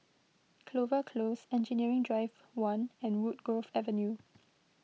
Clover Close Engineering Drive one and Woodgrove Avenue